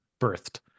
birthed